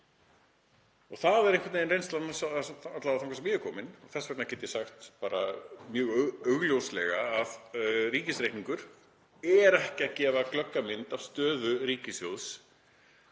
Það er einhvern veginn reynsla — alla vega þangað sem ég er kominn, og þess vegna get ég sagt bara mjög augljóslega að ríkisreikningur er ekki að gefa glögga mynd af stöðu ríkissjóðs